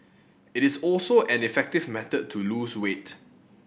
it is also an effective method to lose weight